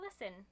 listen